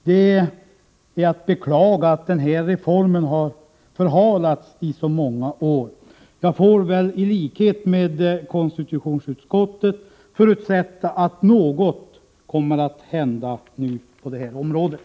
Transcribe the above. Det är att beklaga att den här reformen har förhalats i så många år. Jag får väl i likhet med konstitutionsutskottet förutsätta att något nu kommer att hända på det här området.